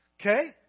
Okay